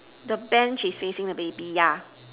the Bench is facing the baby yeah